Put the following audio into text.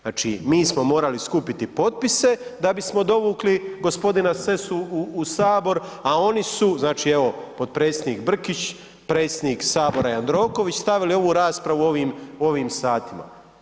Znači mi smo morali skupiti potpise da bismo dovukli g. Sessu u Sabor a oni su, znači evo potpredsjednik Brkić, predsjednik Sabora Jandroković stavili ovu raspravu u ovim satima.